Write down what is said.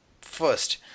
first